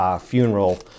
funeral